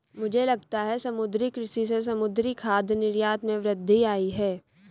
मुझे लगता है समुद्री कृषि से समुद्री खाद्य निर्यात में वृद्धि आयी है